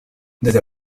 desde